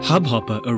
Hubhopper